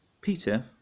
Peter